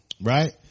right